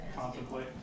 contemplate